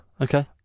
Okay